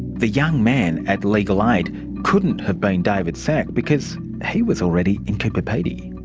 the young man at legal aid couldn't have been david szach because he was already in cooper pedy.